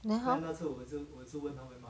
then how